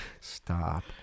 Stop